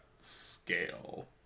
scale